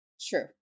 True